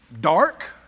Dark